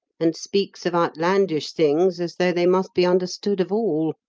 and speaks of outlandish things as though they must be understood of all.